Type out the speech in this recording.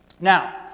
Now